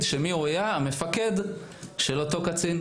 שהיה המפקד של אותו קצין.